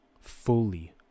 Fully